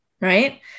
right